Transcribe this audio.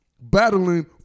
battling